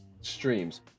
streams